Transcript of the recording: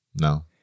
No